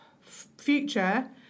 future